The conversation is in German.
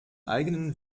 eigenen